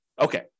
Okay